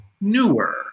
newer